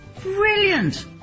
Brilliant